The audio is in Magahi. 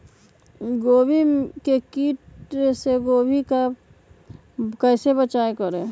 गोभी के किट से गोभी का कैसे बचाव करें?